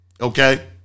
okay